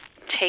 take